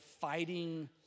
fighting